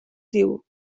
diu